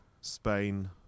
Spain